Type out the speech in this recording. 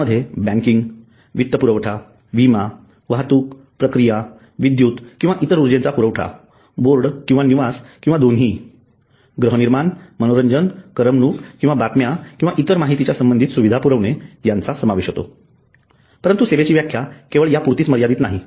यामध्ये बँकिंग वित्तपुरवठा विमा वाहतूक प्रक्रिया विद्युत किंवा इतर ऊर्जेचा पुरवठा बोर्ड किंवा निवास किंवा दोन्ही गृहनिर्माण मनोरंजन करमणूक किंवा बातम्या किंवा इतर माहितीच्या संबंधात सुविधा पुरविणे यांचा समावेश होतो परंतु सेवेची व्याख्या केवळ या पुरतीच मर्यादित नाही